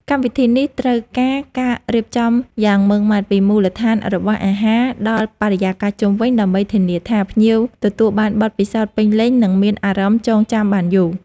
កម្មវិធីនេះត្រូវការការរៀបចំយ៉ាងម៉ត់ចត់ពីមូលដ្ឋានរបស់អាហារដល់បរិយាកាសជុំវិញដើម្បីធានាថាភ្ញៀវទទួលបានបទពិសោធន៍ពេញលេញ និងមានអារម្មណ៍ចងចាំបានយូរ។